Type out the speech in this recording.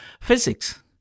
physics